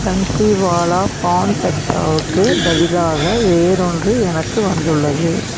பன்ஸிவாலா பான் பெத்தாவுக்குப் பதிலாக வேறொன்று எனக்கு வந்துள்ளது